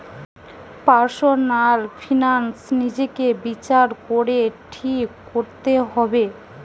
personal finance নিজেকে বিচার করে ঠিক কোরতে হবে